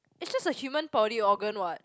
is just a human body organ what